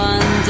One